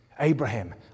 Abraham